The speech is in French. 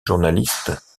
journalistes